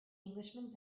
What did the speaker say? englishman